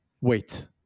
wait